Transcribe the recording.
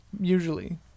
usually